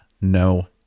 No